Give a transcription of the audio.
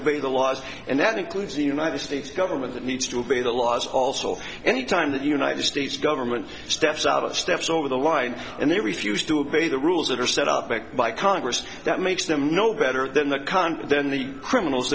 obey the laws and that includes the united states government that needs to obey the laws also any time the united states government steps out of steps over the line and they refused to obey the rules that are set up back by congress that makes them no better than the con then the criminals